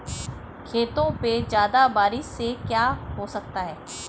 खेतों पे ज्यादा बारिश से क्या हो सकता है?